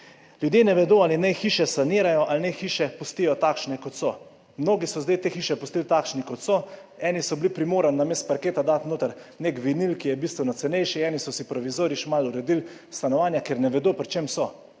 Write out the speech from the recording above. Ljudje ne vedo, ali naj hiše sanirajo ali naj hiše pustijo takšne, kot so. Mnogi so zdaj te hiše pustili takšne, kot so, eni so bili primorani namesto parketa dati noter neki vinil, ki je bistveno cenejši, eni so si provizorično malo uredili stanovanja, ker ne vedo, pri čem so.